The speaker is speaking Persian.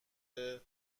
مارک